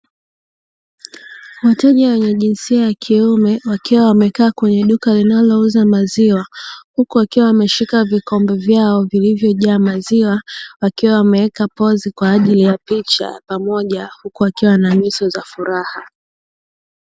Wateja wenye jinsia ya kiume wakiwa wamekaa kwenye duka, linalouza maziwa huku wakiwa wameshika vikombe vyao vilivyo jaa maziwa, wakiwa wameweka pozi kwa ajili ya picha pamoja huku wakiwa na nyuso za furaha.